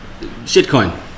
Shitcoin